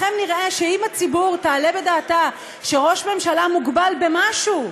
לכם נראה שאם הציבור תעלה בדעתה שראש ממשלה מוגבל במשהו,